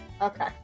okay